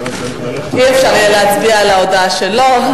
לא יהיה אפשר להצביע על ההודעה שלו.